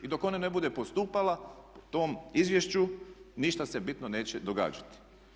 I dok ona ne bude postupala po tom izvješću ništa se bitno neće događati.